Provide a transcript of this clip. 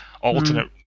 alternate